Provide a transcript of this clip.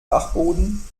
dachboden